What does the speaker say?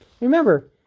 Remember